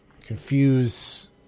confuse –